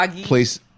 place